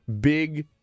big